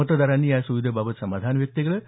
मतदारांनी या सुविधेबाबत समाधान व्यक्त केलं आहे